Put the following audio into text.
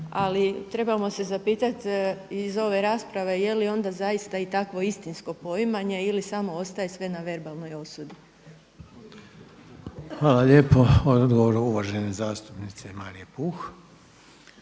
Ali trebamo se zapitati iz ove rasprave je li onda zaista i takvo istinsko poimanje ili samo ostaje sve na verbalnoj osudi. **Reiner, Željko (HDZ)** Hvala lijepo. Odgovor uvažene zastupnice Marije Puh.